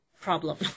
problem